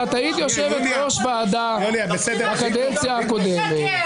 אבל את היית יושבת-ראש ועדה בקדנציה הקודמת ------ משקר.